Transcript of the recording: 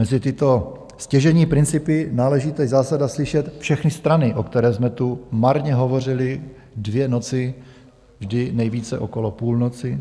Mezi tyto stěžejní principy náleží teď zásada slyšet všechny strany, o které jsme tu marně hovořili dvě noci, vždy nejvíce okolo půlnoci.